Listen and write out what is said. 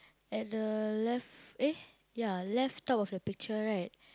at the left eh ya left top of the picture right